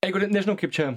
jeigu tai nežinau kaip čia